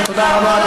תודה רבה.